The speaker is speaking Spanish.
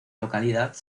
localidad